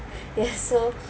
yes so